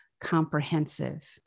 comprehensive